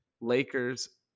Lakers